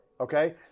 okay